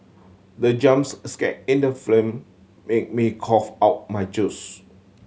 the jumps scare in the film made me cough out my juice